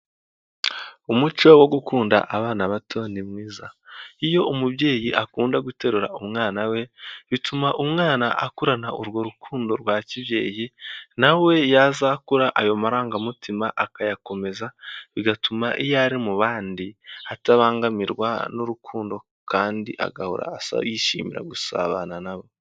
Umuco wo gukunda abana bato ni mwiza iyo umubyeyi akunda guterura umwana we bituma umwana akurana urwo rukundo rwa kibyeyi nawe yazakura ayo marangamutima akayakomeza bigatuma iyo ari mu bandi atabangamirwa n'urukundo kandi agahora yishimira gusabana nabo.